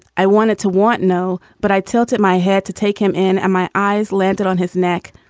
i wanted to want no. but i tilted my head to take him in, and my eyes landed on his neck.